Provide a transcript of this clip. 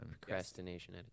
procrastination